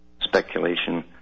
Speculation